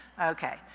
Okay